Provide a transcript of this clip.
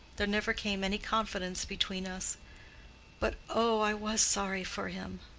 there never came any confidence between us but oh, i was sorry for him.